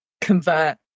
convert